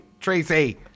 Tracy